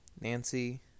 nancy